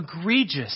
egregious